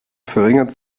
verringert